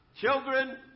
Children